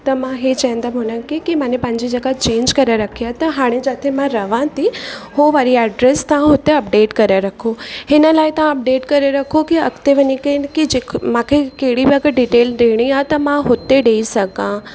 त मां इहो चवंदमि हुननि खे की मां ने पंहिंजी जॻह चेंज करे रखी आहे त हाणे जिते मां रहां थी उहो वारी एड्रेस तव्हां हुते अपडेट करे रखो हिन लाइ तव्हां अपडेट करे रखो की अॻिते वञी करे की जेको मूंखे कहिड़ी बि अगरि डिटेल ॾियणी आहे त मां हुते ॾई सघां